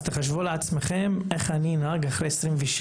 אז תחשבו לעצמכם איך אני אנהג אחרי 26